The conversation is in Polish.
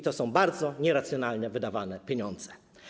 To są bardzo nieracjonalnie wydawane pieniądze.